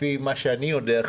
לפי מה שאני יודע,